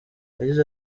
yagize